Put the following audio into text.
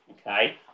okay